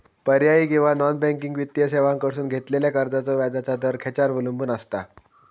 पर्यायी किंवा non banking वित्तीय सेवांकडसून घेतलेल्या कर्जाचो व्याजाचा दर खेच्यार अवलंबून आसता?